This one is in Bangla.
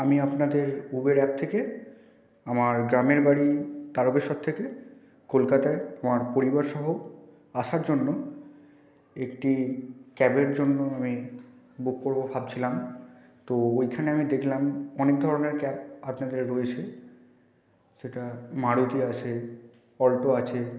আমি আপনাদের উবের অ্যাপ থেকে আমার গ্রামের বাড়ি তারকেশ্বর থেকে কলকাতায় আমার পরিবার সহ আসার জন্য একটি ক্যাবের জন্য আমি বুক করবো ভাবছিলাম তো ঐখানে আমি দেখলাম অনেক ধরনের ক্যাব আপনাদের রয়েছে সেটা মারুতি আছে অল্টো আছে